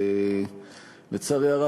ולצערי הרב,